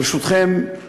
ברשותכם,